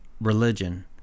religion